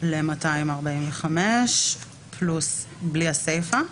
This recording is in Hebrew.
אנחנו מורידים את הקנס ל-245 ומורידים את הסיפה.